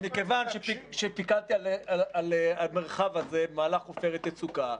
אבל מכיוון שפיקדתי על המרחב הזה במהלך עופרת יצוקה,